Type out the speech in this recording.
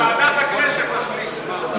בקריאה ראשונה,